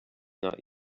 not